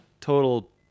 total